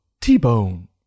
T-Bone